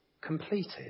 completed